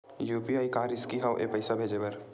UPI का रिसकी हंव ए पईसा भेजे बर?